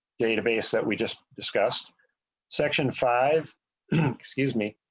database that we just discussed section five excuse me.